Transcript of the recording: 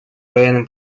военным